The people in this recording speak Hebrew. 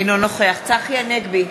אינו נוכח צחי הנגבי,